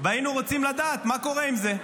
והיינו רוצים לדעת מה קורה עם זה,